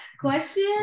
Question